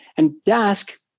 and dask,